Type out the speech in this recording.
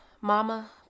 Mama